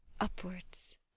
Upwards